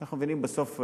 כי אנחנו מבינים בסוף,